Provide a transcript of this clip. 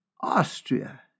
Austria